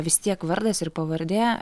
vis tiek vardas ir pavardė